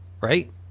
right